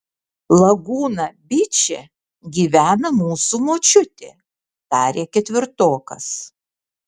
lagūna byče gyvena mūsų močiutė tarė ketvirtokas